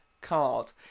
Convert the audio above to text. card